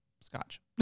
scotch